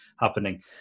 happening